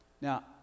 Now